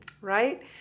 Right